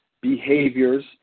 behaviors